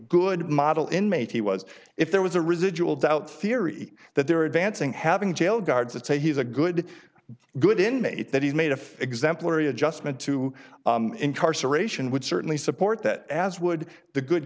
good model inmate he was if there was a residual doubt theory that they're advancing having jail guards that say he's a good good inmate that he's made if exemplary adjustment to incarceration would certainly support that as would the good